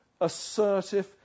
assertive